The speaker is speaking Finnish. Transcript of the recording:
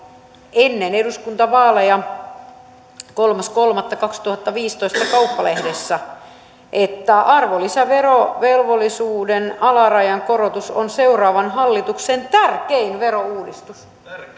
ennen eduskuntavaaleja kolmas kolmatta kaksituhattaviisitoista kauppalehdessä että arvonlisäverovelvollisuuden alarajan korotus on seuraavan hallituksen tärkein verouudistus